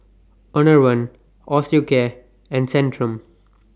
Enervon Osteocare and Centrum